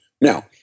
Now